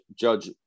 Judge